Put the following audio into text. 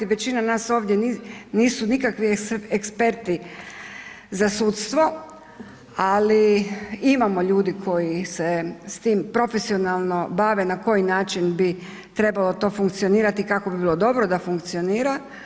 Većina nas ovdje nisu nikakvi eksperti za sudstvo ali imamo ljudi koji se s time profesionalno bave na koji način bi trebalo to funkcionirati i kako bi bilo dobro da funkcionira.